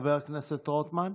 חבר הכנסת רוטמן,